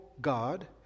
God